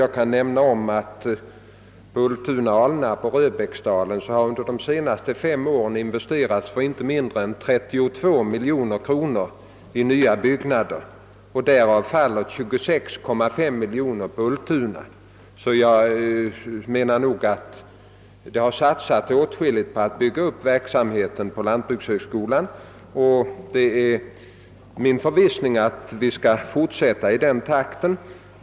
Jag kan nämna att vid Ultuna, Alnarp och Röbäcksdalen har under de senaste fem åren investerats inte mindre än 32 miljoner kronor i nybyggnader och att av det beloppet faller 26,5 miljoner kronor på Ultuna. Det har alltså satsats åtskilligt på att bygga upp verksamheten vid lantbrukshögskolan, och det är min förvissning att vi skall fortsätta i god takt.